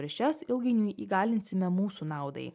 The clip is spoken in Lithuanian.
ir šias ilgainiui įgalinsime mūsų naudai